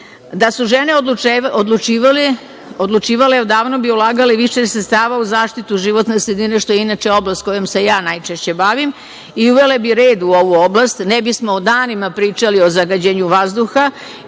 su žene odlučivale odavno bi ulagali više sredstava u zaštitu životne sredine, što je inače oblast sa kojom se ja najčešće bavim i uvele bi red u ovu oblast, ne bismo danima pričali o zagađenju vazduha